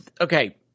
Okay